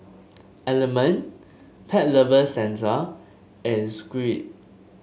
Element Pet Lovers Centre and Schweppes